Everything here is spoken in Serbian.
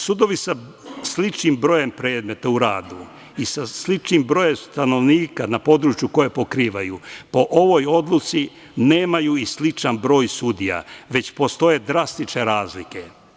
Sudovi sa sličnim brojem predmeta u radu i sa sličnim brojem stanovnika na području koje pokrivaju, po ovoj odluci nemaju i sličan broj sudija, već postoje drastične razlike.